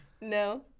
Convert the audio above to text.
No